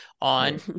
on